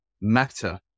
matter